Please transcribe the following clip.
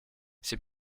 ces